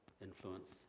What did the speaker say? influence